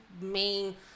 main